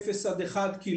0 1 קילומטרים,